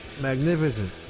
magnificent